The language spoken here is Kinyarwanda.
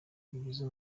bigize